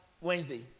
Wednesday